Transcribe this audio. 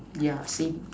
yeah see